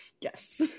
Yes